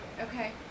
Okay